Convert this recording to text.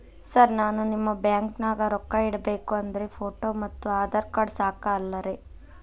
Sir ನಾನು ನಿಮ್ಮ ಬ್ಯಾಂಕನಾಗ ರೊಕ್ಕ ಇಡಬೇಕು ಅಂದ್ರೇ ಫೋಟೋ ಮತ್ತು ಆಧಾರ್ ಕಾರ್ಡ್ ಸಾಕ ಅಲ್ಲರೇ?